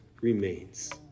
remains